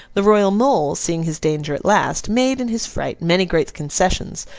the royal mole, seeing his danger at last, made, in his fright, many great concessions,